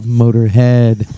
motorhead